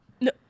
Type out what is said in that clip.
No